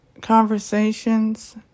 conversations